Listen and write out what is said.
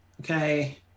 okay